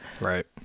Right